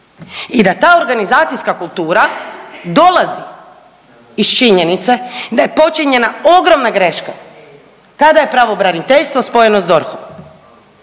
i da ta organizacijska kultura dolazi iz činjenice da je počinjena ogromna greška kada je pravobraniteljstvo spojeno s DORH-om